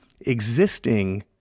existing